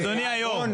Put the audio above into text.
אדוני היו"ר,